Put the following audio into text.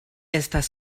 estas